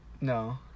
No